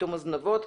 קיטום הזנבות,